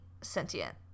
sentient